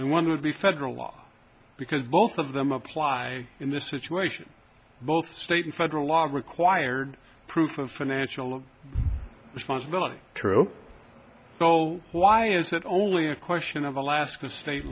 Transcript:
and one would be federal law because both of them apply in this situation both state and federal law required proof of financial responsibility true so why is it only a question of alaska state